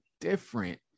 different